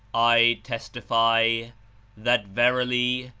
i testify that, verily,